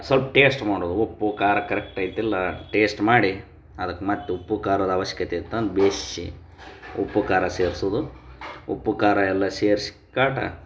ಸ್ವಲ್ಪ ಟೇಸ್ಟ್ ಮಾಡೋದು ಉಪ್ಪು ಖಾರ ಕರೆಕ್ಟ್ ಐತಿಲ್ಲ ಟೇಸ್ಟ್ ಮಾಡಿ ಅದಕ್ಕೆ ಮತ್ತೆ ಉಪ್ಪು ಖಾರದ ಅವಶ್ಯಕತೆ ಇತ್ತಂದ್ರೆ ಬೇಯ್ಸಿ ಉಪ್ಪು ಖಾರ ಸೇರ್ಸೋದು ಉಪ್ಪು ಖಾರ ಎಲ್ಲ ಸೇರ್ಸಿ ಕಾಟ